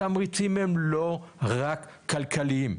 התמריצים הם לא רק כלכליים.